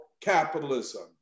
capitalism